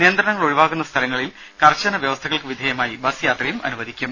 നിയന്ത്രണങ്ങൾ ഒഴിവാകുന്ന സ്ഥലങ്ങളിൽ കർശന വ്യവസ്ഥകൾക്ക് വിധേയമായി ബസ് യാത്ര അനുവദിക്കും